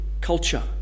culture